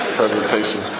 presentation